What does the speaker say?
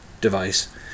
device